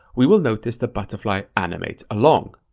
we will notice the butterfly animates along.